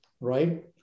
right